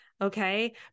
Okay